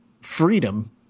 Freedom